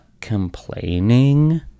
complaining